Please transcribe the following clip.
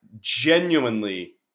genuinely